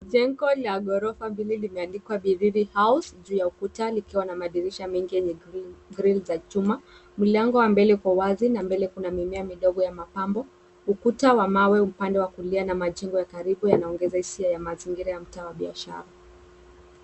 Jengo la ghorofa mbili limeandikwa Bireri House juu ya ukuta, likiwa na madirisha mengi yenye grill za chuma. Mlango wa mbele iko wazi na mbele kuna mimea midogo ya mapambo. Ukuta wa mawe upande wa kulia na majengo ya karibu yanaongeza hisia ya mazingira ya mtaa wa biashara.